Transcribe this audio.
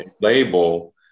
label